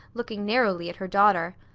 looking narrowly at her daughter.